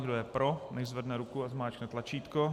Kdo je pro, nechť zvedne ruku a zmáčkne tlačítko.